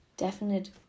definite